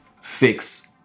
fix